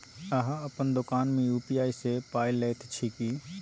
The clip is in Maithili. अहाँ अपन दोकान मे यू.पी.आई सँ पाय लैत छी की?